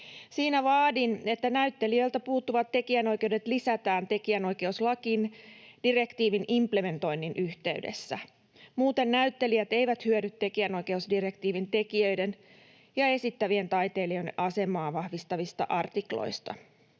Siinä vaadin, että näyttelijöiltä puuttuvat tekijänoikeudet lisätään tekijänoikeuslakiin direktiivin implementoinnin yhteydessä, muuten näyttelijät eivät hyödy tekijänoi-keusdirektiivin tekijöiden ja esittävien taiteilijoiden asemaa vahvistavista artikloista.